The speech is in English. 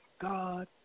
God